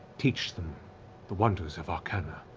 teach them the wonders of arcana,